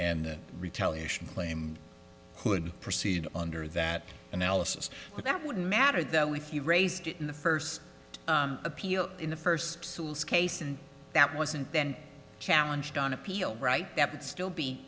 and retaliation claim would proceed under that analysis but that wouldn't matter that we few raised it in the first appeal in the first case and that wasn't then challenged on appeal right that would still be